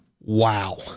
Wow